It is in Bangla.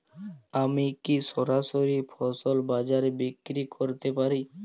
আমি কি সরাসরি ফসল বাজারে বিক্রি করতে পারি?